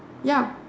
ya